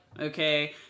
Okay